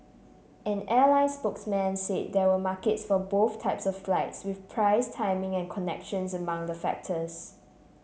an airline spokesman said there were markets for both types of flights with price timing and connections among the factors